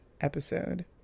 episode